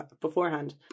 beforehand